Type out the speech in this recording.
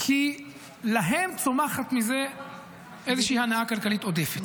כי להם צומחת מזה איזושהי הנאה כלכלית עודפת.